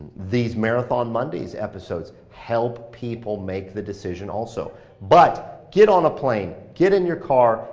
these marathon mondays episodes, help people make the decision also but get on a plane, get in your car,